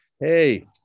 Hey